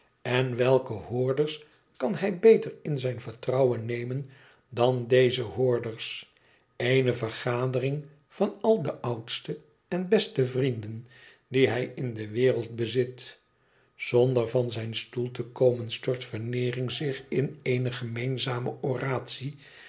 en welke hoorders kan hij beter in zijn vertrouwen nemen dan deze hoorders eene vergadering van al de oudste en beste vrienden die hij in de wereld bezit zonder van zijn stoel op te staan stort veneering zich in eene gemeenzame oratie